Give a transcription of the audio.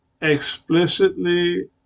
Explicitly